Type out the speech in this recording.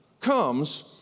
comes